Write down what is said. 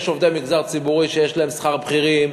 יש עובדי מגזר ציבורי שיש להם שכר בכירים,